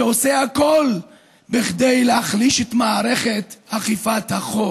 ועושה הכול כדי להחליש את מערכת אכיפת החוק.